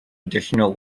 additional